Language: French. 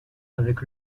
avec